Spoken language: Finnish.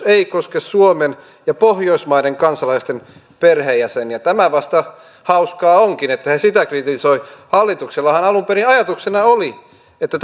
ei koske suomen ja pohjoismaiden kansalaisten perheenjäseniä tämä vasta hauskaa onkin että he sitä kritisoivat hallituksellahan alun perin ajatuksena oli että